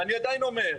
ואני עדיין אומר,